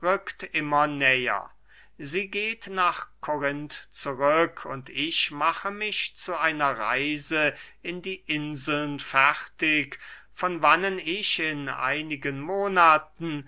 sie geht nach korinth zurück und ich mache mich zu einer reise in die inseln fertig von wannen ich in einigen monaten